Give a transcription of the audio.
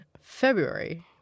February